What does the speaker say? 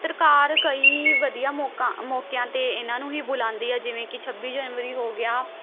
ਸਰਕਾਰ ਕਈ ਵਧੀਆ ਮੌਕਾ ਮੌਕਿਆਂ 'ਤੇ ਇਨ੍ਹਾਂ ਨੂੰ ਹੀ ਬੁਲਾਉਂਦੀ ਹੈ ਜਿਵੇਂ ਕਿ ਛੱਬੀ ਜਨਵਰੀ ਹੋ ਗਿਆ